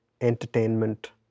entertainment